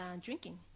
drinking